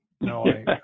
No